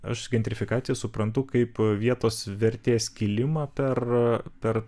aš gentrifikaciją suprantu kaip vietos vertės kilimą per per